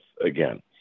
again